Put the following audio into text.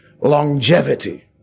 longevity